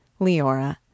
Leora